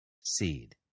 seed